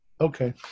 Okay